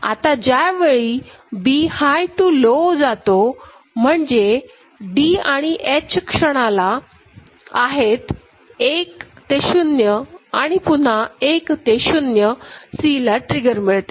आता ज्या वेळी B हाय टू लो जातो म्हणजे d आणि h क्षणाला आहेत 1ते0 आणि पुन्हा 1ते0 C ला ट्रिगर मिळते